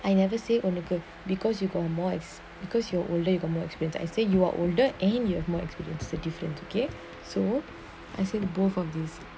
I never say only good because you got more experience because you're older you got more experience I say you are older and then you have more experience that's the difference okay so I say both of these